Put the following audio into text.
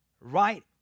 Right